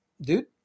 dude